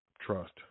trust